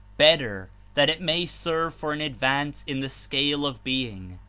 better, that it may serve for an advance in the scale of being.